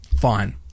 Fine